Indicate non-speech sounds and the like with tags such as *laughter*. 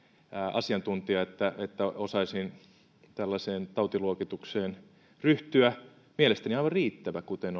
asiantuntija että että osaisin tällaiseen tautiluokitukseen ryhtyä mielestäni aivan riittävä kuten *unintelligible*